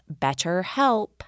BetterHelp